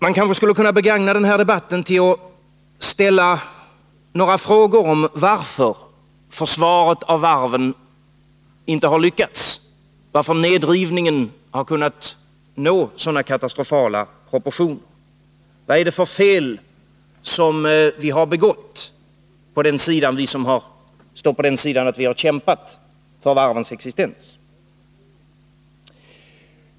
Man kanske skulle kunna begagna den här debatten till att ställa några frågor om varför försvaret av varven inte har lyckats. Varför har nedrivningen kunnat nå sådana katastrofala proportioner? Vilka fel har vi som kämpat för varvens existens begått?